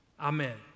Amen